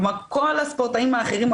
כלומר כל הספורטאים האחרים,